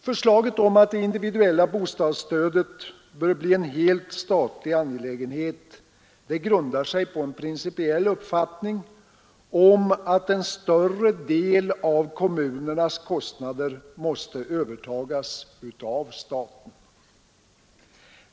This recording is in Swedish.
Förslaget om att det individuella bostadsstödet bör bli en helt statlig angelägenhet grundar sig på den principiella uppfattningen att en större del av kommunernas kostnader måste övertas av staten.